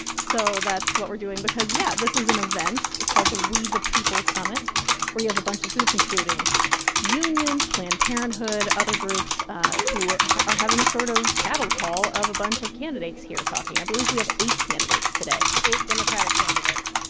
so that's what we're doing because yeah. this is an event called the we the people summit where you have a bunch of groups, including unions, planned parenthood, other groups who are having a sort of cattle call of a bunch of candidates here talking. i believe we have eight candidates today eight democratic candidates.